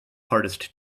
hardest